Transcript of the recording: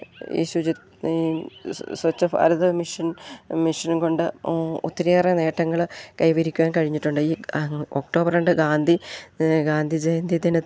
ഈ ശുച ഈ സ്വച്ഛ ഭാരത മിഷൻ മിഷൻ കൊണ്ട് ഒത്തിരിയേറെ നേട്ടങ്ങൾ കൈ വരിക്കുവാൻ കഴിഞ്ഞിട്ടുണ്ട് ഈ ഒക്ടോബർ രണ്ട് ഗാന്ധി ഗാന്ധി ജയന്തി ദിനത്തിൽ